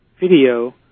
video